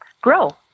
grow